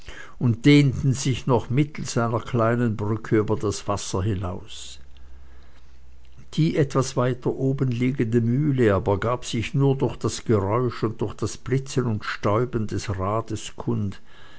und dehnten sich noch mittelst einer kleinen brücke über das wasser hinaus die etwas weiter oben liegende mühle aber gab sich nur durch das geräusch und durch das blitzen und stäuben des rades kund